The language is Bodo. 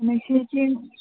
नोंसोरनिथिं